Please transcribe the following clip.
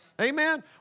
Amen